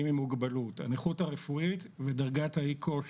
עם מוגבלות הנכות הרפואית ודרגת האי-כושר.